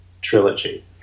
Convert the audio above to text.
trilogy